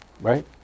right